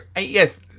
Yes